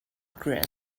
grin